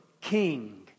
king